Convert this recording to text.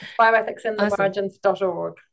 Bioethicsinthemargins.org